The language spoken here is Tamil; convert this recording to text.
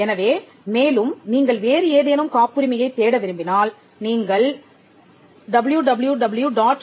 எனவே மேலும் நீங்கள் வேறு ஏதேனும் காப்புரிமையைத் தேட விரும்பினால் நீங்கள்www